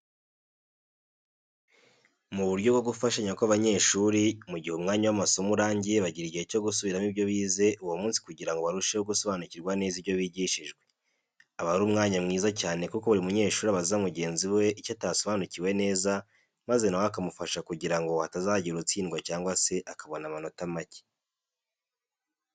Mu buryo bwo gufashanya kw'abanyeshuri, mu gihe umwanya w'amasomo urangiye bagira igihe cyo gusubiramo ibyo bize uwo munsi kugira ngo barusheho gusobanukirwa neza ibyo bigishijwe. Aba ari umwanya mwiza cyane kuko buri munyeshuri abaza mugenzi we icyo atasobanukiwe neza, maze na we akamufasha kugira ngo hatazagira utsindwa cyangwa se akabona amanota make.